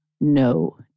No